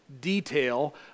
detail